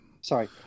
Sorry